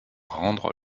rendre